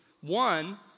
One